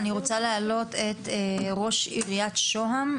אני רוצה להעלות את ראש עיריית שוהם,